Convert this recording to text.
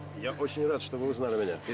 yeah natasha lievina.